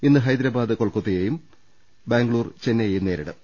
ഇന്ന് ഹൈദരബാദ് കൊൽക്കത്തയെയും ബാംഗ്ലൂർ ചെന്നൈയെയും നേരിടും